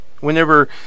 whenever